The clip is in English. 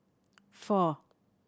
four